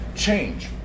change